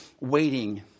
waiting